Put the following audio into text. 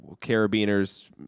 Carabiners